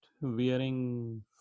wearing